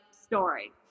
story